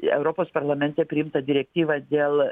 europos parlamente priimtą direktyvą dėl